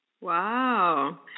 Wow